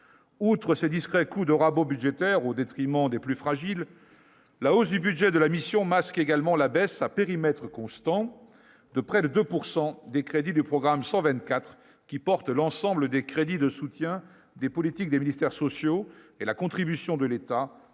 outre ce discret coup de rabot budgétaire au détriment des plus fragiles, la hausse du budget de la mission également la baisse à périmètre constant de près de 2 pourcent des crédits du programme 124 qui porte l'ensemble des crédits de soutien des politiques des ministères sociaux et la contribution de l'État au fonctionnement des